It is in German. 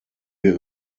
wir